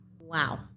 Wow